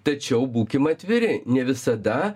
tačiau būkim atviri ne visada